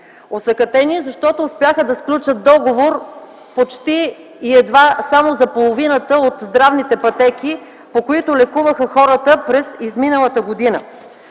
осакатени, защото успяха да сключат договори почти и едва само за половината от здравните пътеки, по които лекуваха хората през изминалата година.